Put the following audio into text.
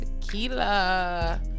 tequila